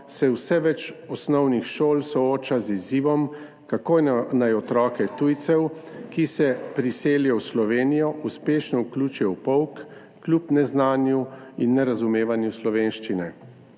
se vse več osnovnih šol sooča z izzivom, kako naj otroke tujcev, ki se priselijo v Slovenijo, uspešno vključijo v pouk, kljub neznanju in nerazumevanju slovenščine.